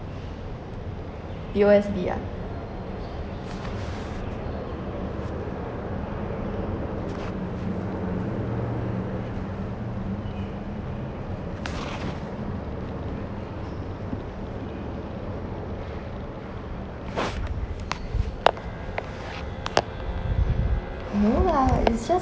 P_O_S_B ah no lah it's just